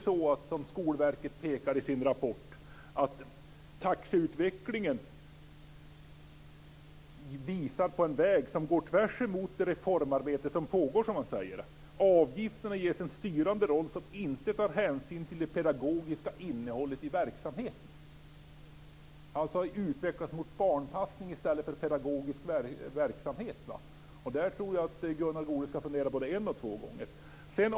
Som Skolverket påpekar i sin rapport visar taxeutvecklingen på en väg som går tvärt emot det reformarbete som pågår. Avgifterna ges en styrande roll som inte tar hänsyn till det pedagogiska innehållet i verksamheten. Utvecklingen går alltså mot barnpassning i stället för pedagogisk verksamhet. I det sammanhanget tycker jag att Gunnar Goude ska fundera både en och två gånger.